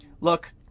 Look